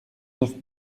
neuf